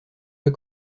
pas